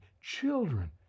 children